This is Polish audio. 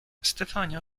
stefania